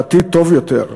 לעתיד טוב יותר.